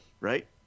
right